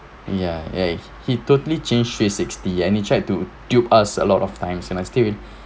ya ya he totally changed three sixty and he tried to dupe us a lot of times and I still